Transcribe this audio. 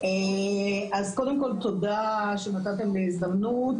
קודם כל, תודה שנתתם לי הזדמנות.